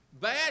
Bad